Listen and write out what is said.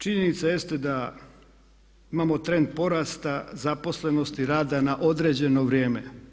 Činjenica jeste da imamo trend porasta zaposlenosti rada na određeno vrijeme.